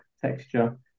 texture